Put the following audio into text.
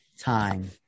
time